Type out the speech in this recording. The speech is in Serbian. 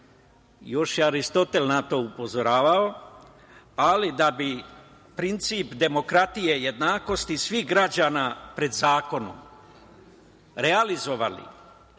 Još je Aristotel na to upozoravao, ali da bi princip demokratije i jednakosti svih građana pred zakonom realizovali,